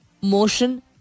motion